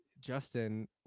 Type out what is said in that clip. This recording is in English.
Justin